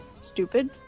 stupid